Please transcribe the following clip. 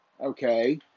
okay